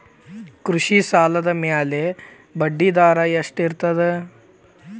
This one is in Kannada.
ಕೃಷಿ ಸಾಲದ ಮ್ಯಾಲೆ ಬಡ್ಡಿದರಾ ಎಷ್ಟ ಇರ್ತದ?